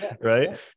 right